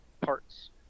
parts